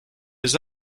des